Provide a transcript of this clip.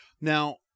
Now